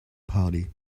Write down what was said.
party